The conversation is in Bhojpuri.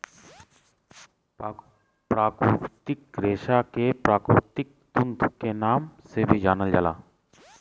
प्राकृतिक रेशा के प्राकृतिक तंतु के नाम से भी जानल जाला